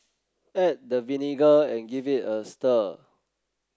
add the vinegar and give it a stir